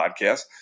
podcast